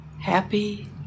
happy